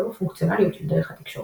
ולא בפונקציונליות של דרך התקשורת.